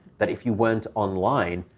that if you weren't online,